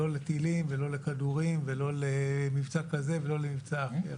לא לטילים ולא לכדורים ולא למבצע כזה ולא למבצע אחר.